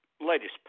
Latest